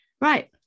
Right